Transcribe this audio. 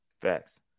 Facts